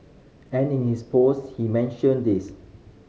and in his post he mentioned this